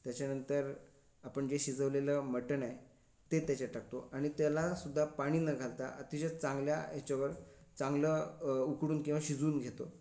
त्याच्यानंतर आपण जे शिजवलेलं मटण आहे ते त्याच्यात टाकतो आणि त्यालासुद्धा पाणी न घालता अतिशय चांगल्या येच्यावर चांगलं उकडून किंवा शिजवून घेतो